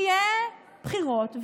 יהיו בחירות,